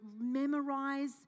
memorize